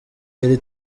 iri